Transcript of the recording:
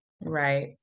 Right